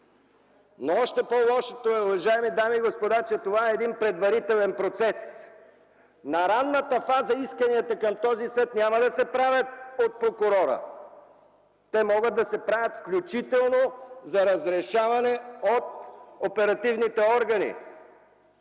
Но още по-лошото е, уважаеми дами и господа, че това е един предварителен процес. На ранната фаза исканията към този съд няма да се правят от прокурора. Те могат да се правят, включително за разрешаване, от оперативните органи.